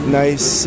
nice